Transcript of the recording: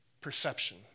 Perception